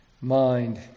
mind